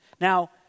Now